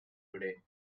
today